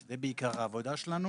שזה בעיקר העבודה שלנו,